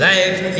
Life